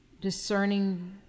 discerning